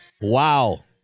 Wow